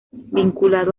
vinculado